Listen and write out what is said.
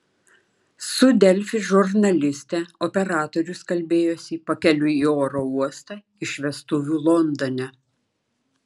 su delfi žurnaliste operatorius kalbėjosi pakeliui į oro uostą iš vestuvių londone